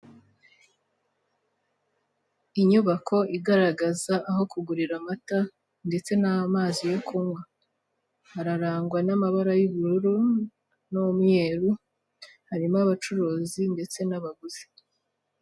Inyubako igaragaza aho kugurira amata ndetse n'amazi yo kunywa, hararangwa n'amabara y'ubururu n'umweru harimo abacuruzi ndetse n'abaguzi.